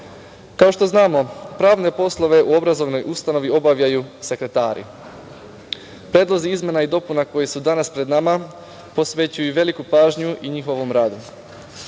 što znamo, pravne poslove u obrazovnoj ustanovi obavljaju sekretari. Predlozi izmena i dopuna koji su danas pred nama posvećuju veliku pažnju i njihovom radu.